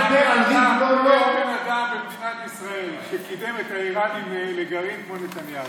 אין בן אדם במדינת ישראל שקידם את האיראנים לגרעין כמו נתניהו.